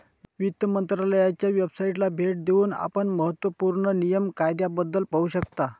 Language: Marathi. वित्त मंत्रालयाच्या वेबसाइटला भेट देऊन आपण महत्त्व पूर्ण नियम कायद्याबद्दल पाहू शकता